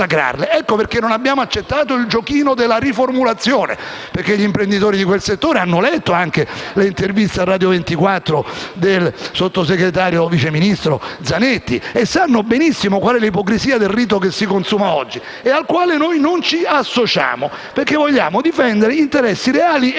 Per questo non abbiamo accettato il giochino della riformulazione. Infatti, gli imprenditori di quel settore hanno letto l'intervista a «Radio 24» del vice ministro Zanetti e sanno benissimo qual è l'ipocrisia del rito che si consuma oggi, al quale noi non ci associamo perché vogliamo difendere interessi reali e